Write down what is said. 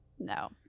No